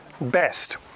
best